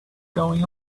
going